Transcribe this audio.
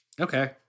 Okay